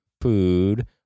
food